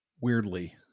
weirdly